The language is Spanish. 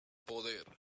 poder